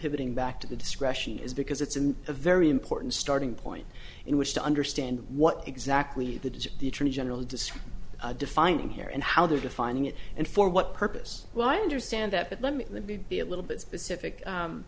getting back to the discretion is because it's in a very important starting point in which to understand what exactly that is the attorney general describe defining here and how they're defining it and for what purpose well i understand that but let me the be be a little bit specific